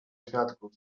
świadków